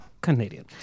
Canadian